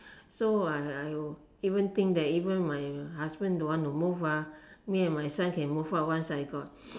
so I I will even think that even my husband don't want to move me and my son can move out once I got